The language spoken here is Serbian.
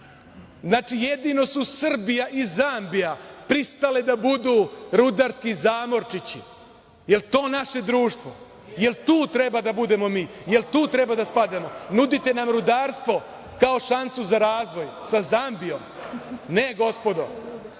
Znači, jedino su Srbija i Zambija pristale da budu rudarski zamorčići. Da li je to naše društvo? Da li tu treba da budemo mi? Da li tu treba da spadnemo? Nudite nam rudarstvo kao šansu za razvoj sa Zambijom. Ne, gospodo,